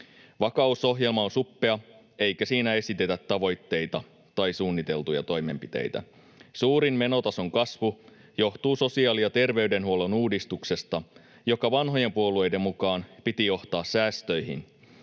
Vakausohjelma on suppea, eikä siinä esitetä tavoitteita tai suunniteltuja toimenpiteitä. Suurin menotason kasvu johtuu sosiaali- ja terveydenhuollon uudistuksesta, jonka vanhojen puolueiden mukaan piti johtaa säästöihin.